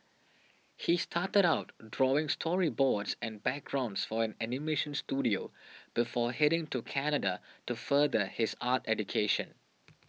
he started out drawing storyboards and backgrounds for an animation studio before heading to Canada to further his art education